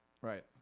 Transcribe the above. Right